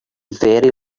very